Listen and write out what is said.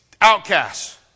outcasts